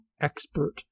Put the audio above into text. expert